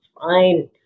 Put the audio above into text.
fine